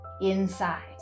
inside